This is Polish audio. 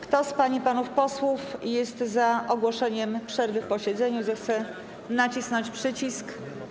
Kto z pań i panów posłów jest za ogłoszeniem przerwy w posiedzeniu, zechce nacisnąć przycisk.